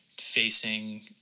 facing